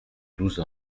douze